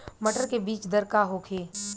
मटर के बीज दर का होखे?